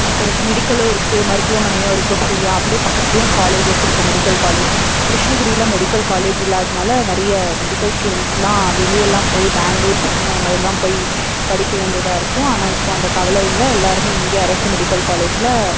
இருக்கிறது மெடிக்கல்லோ இருக்குது மருத்துவமனையும் இருக்குது ஃப்ரீயா அப்படியே பக்கத்துலேயும் காலேஜஸ் இருக்குது மெடிக்கல் காலேஜ் கிருஷ்ணகிரியில் மெடிக்கல் காலேஜ் இல்லாததுனால் நிறைய மெடிக்கல் ஸ்டுடெண்ட்ஸ்லா வெளியேலாம் போய் பெங்களூர் சென்னை அந்தமாதிரிலாம் போய் படிக்க வேண்டியதாக இருக்கும் ஆனால் இப்போது அந்த கவலை இல்லை எல்லாருமே இங்கே அரசு மெடிக்கல் காலேஜில்